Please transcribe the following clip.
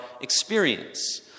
experience